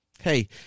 Hey